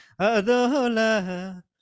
Adola